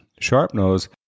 Sharpnose